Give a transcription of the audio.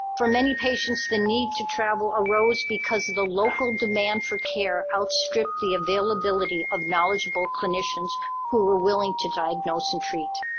for many patients, the need to travel arose because the local demand for care outstripped the availability of knowledgeable clinicians who are willing to diagnose and treat.